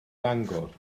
fangor